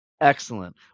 Excellent